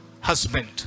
husband